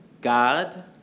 God